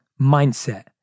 mindset